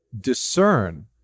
discern